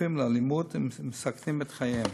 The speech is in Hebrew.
חשופים לאלימות ומסכנים את חייהם.